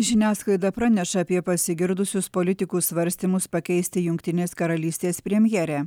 žiniasklaida praneša apie pasigirdusius politikų svarstymus pakeisti jungtinės karalystės premjerę